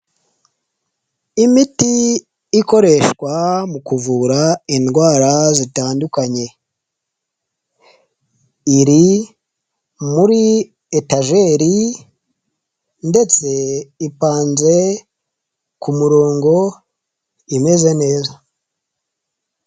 Imiti ikoreshwa mu kuvura indwaratandukanye, iri muri etajeri ndetse ipanze ku murongo imeze neza.